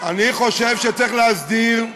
שצריך להסדיר.